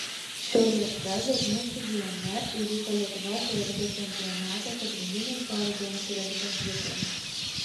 šiauliuose zoknių stadione įvyko lietuvos regbio čempionato pagrindinė šio rudens regbio dvikova